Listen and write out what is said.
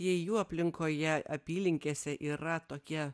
jei jų aplinkoje apylinkėse yra tokie